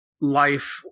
life